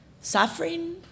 suffering